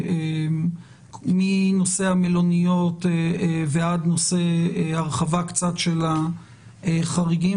מנושא המלוניות ועד נושא הרחבה קצת של החריגים,